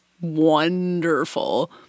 wonderful